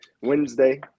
Wednesday